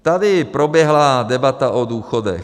Tady proběhla debata o důchodech.